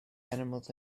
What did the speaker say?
animals